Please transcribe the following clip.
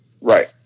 Right